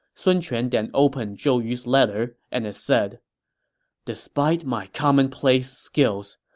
sun quan then opened zhou yu's letter, and it said despite my commonplace skills,